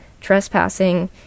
trespassing